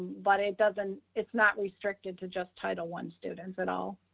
but it doesn't, it's not restricted to just title one students at all.